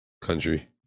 country